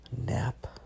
nap